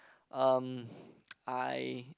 um I